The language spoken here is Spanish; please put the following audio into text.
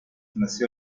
nació